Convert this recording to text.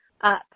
up